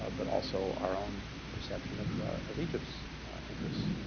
ah but also our own perception of of egypt's interests.